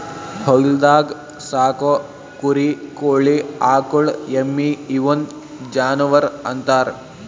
ಹೊಲ್ದಾಗ್ ಸಾಕೋ ಕುರಿ ಕೋಳಿ ಆಕುಳ್ ಎಮ್ಮಿ ಇವುನ್ ಜಾನುವರ್ ಅಂತಾರ್